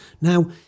Now